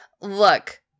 Look